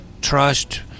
trust